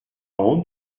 honte